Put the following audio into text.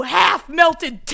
half-melted